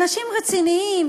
אנשים רציניים,